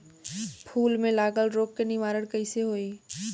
फूल में लागल रोग के निवारण कैसे होयी?